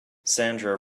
sandra